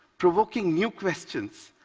provoking new questions.